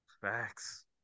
Facts